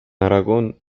aragón